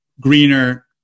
greener